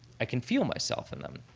i can feel myself in them.